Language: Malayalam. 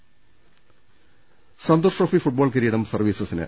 ് സന്തോഷ് ട്രോഫി ഫുട്ബോൾ കിരീടം സർവീസസിന്